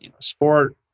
sport